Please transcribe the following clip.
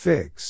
Fix